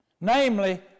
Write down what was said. namely